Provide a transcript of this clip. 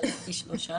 ילדתי שלושה,